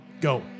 Go